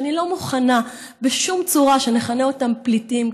שאני לא מוכנה בשום צורה שנכנה אותם פליטים,